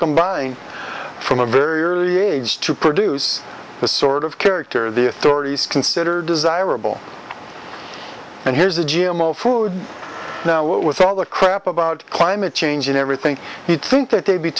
combine from a very early age to produce the sort of character the authorities consider desirable and here's a g m o food now what with all the crap about climate change and everything he'd think that they'd be